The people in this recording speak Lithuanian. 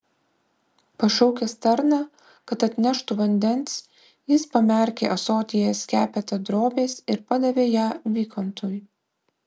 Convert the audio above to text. pašaukęs tarną kad atneštų vandens jis pamerkė ąsotyje skepetą drobės ir padavė ją vikontui